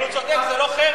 אבל הוא צודק, זה לא חרם.